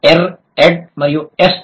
ఎర్ ed మరియు యెస్ట్